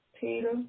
Peter